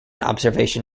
observation